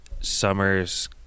Summer's